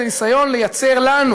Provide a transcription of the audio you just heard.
היא הניסיון לייצר לנו,